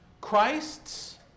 Christ's